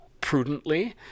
prudently